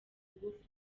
ngufu